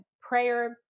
prayer